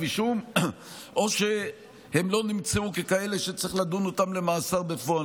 אישום או שהם לא נמצאו ככאלה שצריך לדון אותם למאסר בפועל.